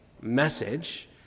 message